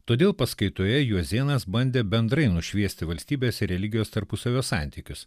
todėl paskaitoje juozėnas bandė bendrai nušviesti valstybės ir religijos tarpusavio santykius